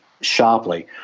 sharply